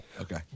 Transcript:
Okay